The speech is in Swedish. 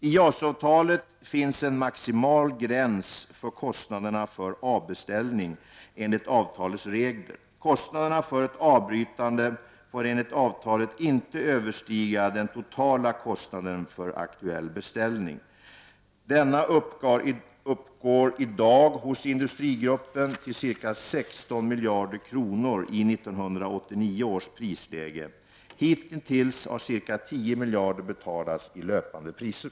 I JAS-avtalet finns en maximal gräns för kostnaderna för avbeställning enligt avtalets regler. Kostnaderna för ett avbrytande får enligt avtalet inte överstiga den totala kostnaden för en aktuell bestälining. Denna uppgår i dag hos industrigruppen till ca 16 miljarder kronor i 1989 års prisläge. Hittills har ca 10 miljarder betalats i löpande priser.